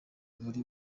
buri